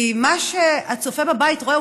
כי מה שהצופה בבית רואה,